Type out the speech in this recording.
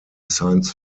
science